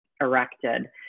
erected